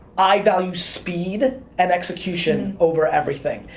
i value speed and execution over everything.